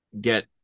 get